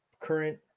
current